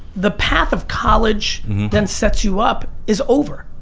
the path of college then sets you up is over.